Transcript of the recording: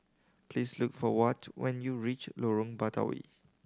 please look for Watt when you reach Lorong Batawi